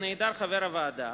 אם נעדר חבר הוועדה,